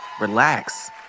relax